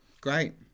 Great